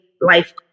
life